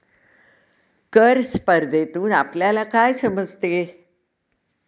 कर स्पर्धेतून आपल्याला काय समजते?